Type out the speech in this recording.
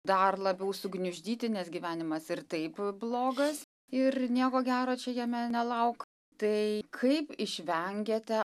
dar labiau sugniuždyti nes gyvenimas ir taip blogas ir nieko gero čia jame nelauk tai kaip išvengėte